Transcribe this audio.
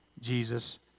Jesus